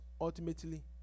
ultimately